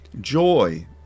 joy